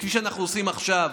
וכפי שאנחנו עושים עכשיו.